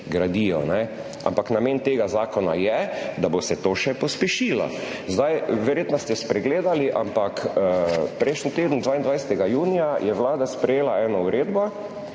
elektrarne. Ampak namen tega zakona je, da bo se to še pospešilo. Verjetno ste spregledali, ampak prejšnji teden, 22. junija, je Vlada sprejela eno uredbo,